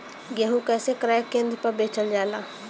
गेहू कैसे क्रय केन्द्र पर बेचल जाला?